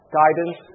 guidance